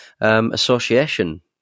Association